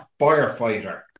firefighter